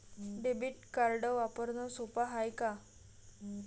Debit card वापरणं सोप हाय का?